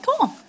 Cool